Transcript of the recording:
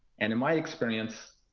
and in my experience,